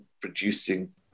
producing